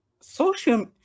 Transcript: Social